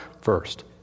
first